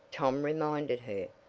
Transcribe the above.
tom reminded her,